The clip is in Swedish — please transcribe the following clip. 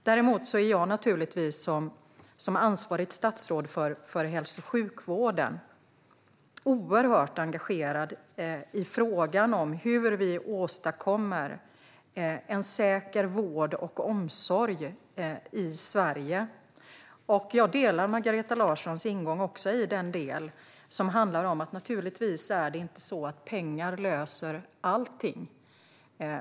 Däremot är jag naturligtvis som ansvarigt statsråd för hälso och sjukvården oerhört engagerad i frågan om hur vi åstadkommer en säker vård och omsorg i Sverige. Jag delar Margareta Larssons ingång även i den del som handlar om att det naturligtvis inte är så att pengar löser allting.